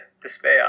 despair